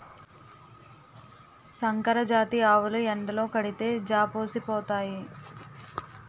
సంకరజాతి ఆవులు ఎండలో కడితే జాపోసిపోతాయి